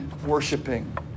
Worshipping